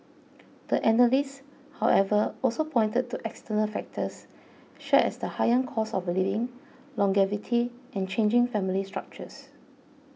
the analysts however also pointed to external factors such as the higher cost of living longevity and changing family structures